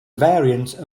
variant